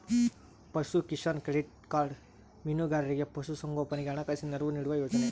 ಪಶುಕಿಸಾನ್ credit card ಮೀನುಗಾರರಿಗೆ ಪಶು ಸಂಗೋಪನೆಗೆ ಹಣಕಾಸಿನ ನೆರವು ನೀಡುವ ಯೋಜನೆ